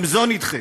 גם זו נדחית.